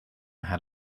had